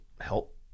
help